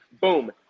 boom